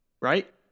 Right